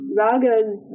ragas